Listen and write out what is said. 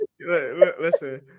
Listen